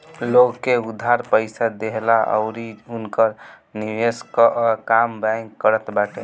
लोग के उधार पईसा देहला अउरी उनकर निवेश कअ काम बैंक करत बाटे